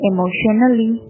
Emotionally